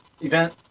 event